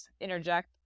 interject